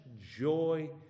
joy